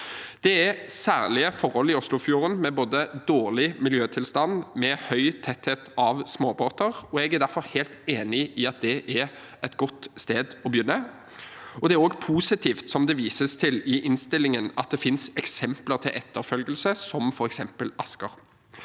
Det er særlige forhold i Oslofjorden, med både dårlig miljøtilstand og høy tetthet av småbåter, og jeg er derfor helt enig i at det er et godt sted å begynne. Det er også positivt, som det vises til i innstillingen, at det finnes eksempler til etterfølgelse, som Asker.